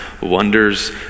wonders